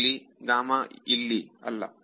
ಇದರಲ್ಲಿ ಇಲ್ಲಿ ಅಲ್ಲ